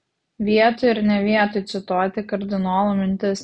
vietoj ir ne vietoj cituoti kardinolo mintis